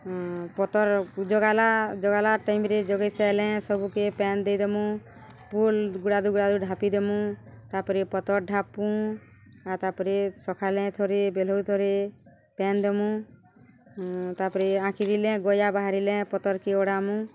ପତର୍ ଜଗାଲା ଜଗାଲା ଟାଇମ୍ରେ ଜଗେଇସାର୍ଲେ ସବୁକେ ପାଏନ୍ ଦେଇଦମୁ ପୁଲ୍ ଗୁଡ଼ାଦୁ ଗୁଡ଼ାଦୁ ଢାପିଦେମୁ ତା'ପରେ ପତର୍ ଢାପ୍ମୁ ଆର୍ ତା'ପରେ ସଖାଲେ ଥରେ ବେଲୁ ଥରେ ପେନ୍ ଦେମୁ ତା'ପରେ ଆଙ୍କିରିଲେ ଗଜା ବାହାରିଲେ ପତର୍କେ ଅଡ଼ାମୁ